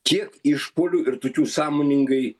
kiek išpuolių ir tokių sąmoningai